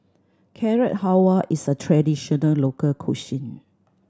Carrot Halwa is a traditional local cuisine